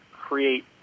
create